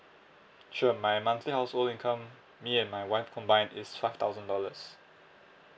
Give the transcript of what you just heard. sure my monthly household income me and my wife combined is five thousand dollars